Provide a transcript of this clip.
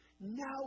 Now